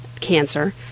cancer